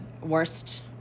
worst